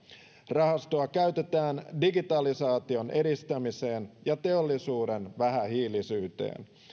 rahastoa käytetään digitalisaation edistämiseen ja teollisuuden vähähiilisyyteen